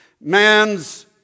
Man's